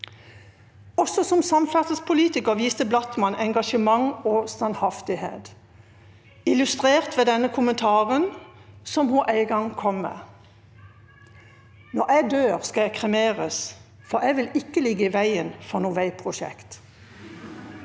Også som samferdselspolitiker viste Blattmann engasjement og standhaftighet, illustrert ved denne kommentaren hun en gang kom med: Når jeg dør, skal jeg kremeres, for jeg vil ikke ligge i veien for noe veiprosjekt!